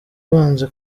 banze